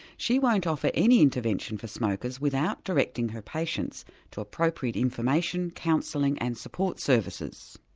she won't offer any intervention for smokers without directing her patients to appropriate information, counselling and support services.